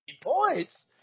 points